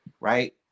Right